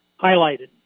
highlighted